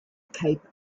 cape